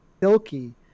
silky